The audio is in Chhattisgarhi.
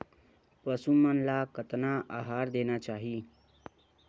पशु मन ला कतना आहार देना चाही?